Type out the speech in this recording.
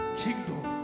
kingdom